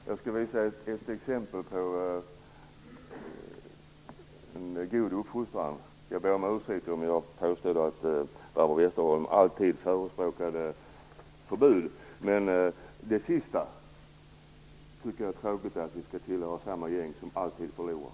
Herr talman! Jag skall visa prov på god uppfostran och ber om ursäkt om jag påstod att Barbro Westerholm alltid förespråkar förbud. Men jag tycker att det är tråkigt att vi båda tillhör gäng som alltid förlorar!